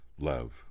love